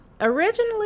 Originally